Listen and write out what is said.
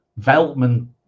Veltman